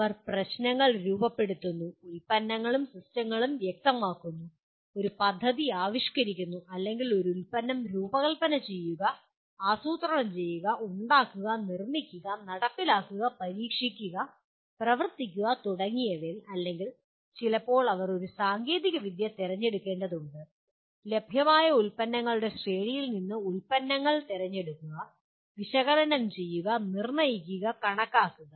അവർ പ്രശ്നങ്ങൾ രൂപപ്പെടുത്തുന്നു ഉൽപ്പന്നങ്ങളും സിസ്റ്റങ്ങളും വ്യക്തമാക്കുന്നു ഒരു പദ്ധതി ആവിഷ്കരിക്കുന്നു അല്ലെങ്കിൽ ഒരു ഉൽപ്പന്നം രൂപകൽപ്പന ചെയ്യുക ആസൂത്രണം ചെയ്യുക ഉണ്ടാക്കുക നിർമ്മിക്കുക നടപ്പിലാക്കുക പരീക്ഷിക്കുക പ്രവർത്തിക്കുക തുടങ്ങിയവ അല്ലെങ്കിൽ ചിലപ്പോൾ അവർ ഒരു സാങ്കേതികവിദ്യ തിരഞ്ഞെടുക്കേണ്ടതുണ്ട് ലഭ്യമായ ഉൽപ്പന്നങ്ങളുടെ ശ്രേണിയിൽ നിന്ന് ഉൽപ്പന്നങ്ങൾ തിരഞ്ഞെടുക്കുക വിശകലനം ചെയ്യുക നിർണ്ണയിക്കുക കണക്കാക്കുക